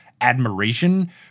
admiration